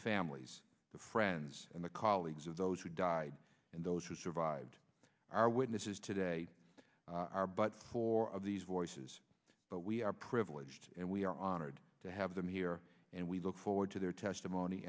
families the friends and the colleagues of those who died and those who survived our witnesses today are but four of these voices but we are privileged and we are honored to have them here and we look forward to their testimony